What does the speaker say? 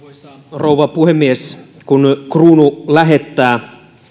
rouva puhemies kun kruunu lähettää